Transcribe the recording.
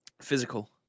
physical